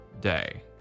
day